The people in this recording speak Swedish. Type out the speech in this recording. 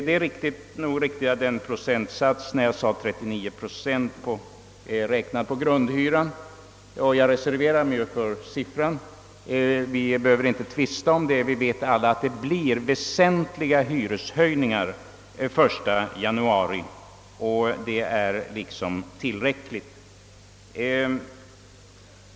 Det är nog riktigt att de 39 procent jag nämnde — jag reserverade mig för övrigt för siffran — skall räknas på grundhyran. Men vi behöver inte tvista om den saken, ty vi vet alla att det blir väsentliga hyreshöjningar den 1 januari, och det är liksom tillräckligt.